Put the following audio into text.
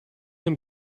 him